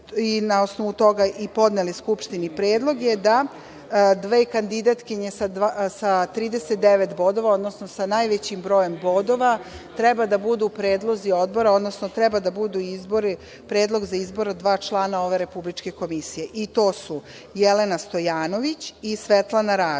na osnovu toga podneli Skupštini predlog jeste da dve kandidatkinje sa 39 bodova odnosno sa najvećim brojem bodova treba da budu predlozi odbora, odnosno treba da budu predlog za izbor dva člana ove republičke komisije. To su Jelena Stojanović i Svetlana